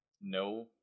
No